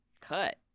cut